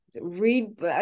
Read